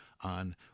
on